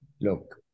look